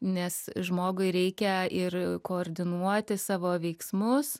nes žmogui reikia ir koordinuoti savo veiksmus